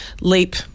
leap